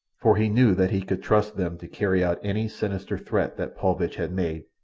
for he knew that he could trust them to carry out any sinister threat that paulvitch had made,